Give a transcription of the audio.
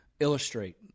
illustrate